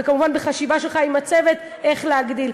וכמובן בחשיבה שלך עם הצוות איך להגדיל.